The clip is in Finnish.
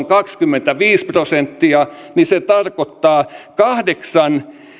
kaksikymmentäviisi prosenttia niin se tarkoittaa kahdeksaa